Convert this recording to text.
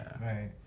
Right